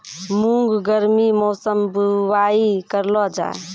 मूंग गर्मी मौसम बुवाई करलो जा?